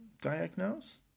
diagnose